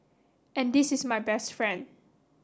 and this is my best friend